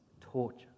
torture